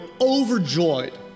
overjoyed